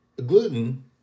gluten